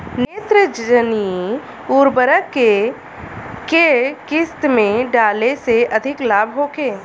नेत्रजनीय उर्वरक के केय किस्त में डाले से अधिक लाभ होखे?